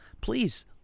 please